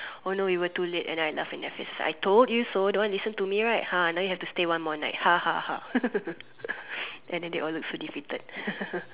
oh no we were too late and then I laugh in their face I told you so don't want to listen to me right !huh! now you have to stay one more night ha ha ha and then they all looked so defeated